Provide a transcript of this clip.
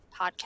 podcast